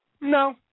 No